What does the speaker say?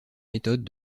méthodes